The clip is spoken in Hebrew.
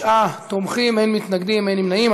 תשעה תומכים, אין מתנגדים, אין נמנעים.